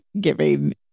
giving